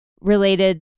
related